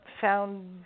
Found